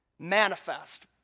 manifest